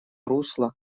русло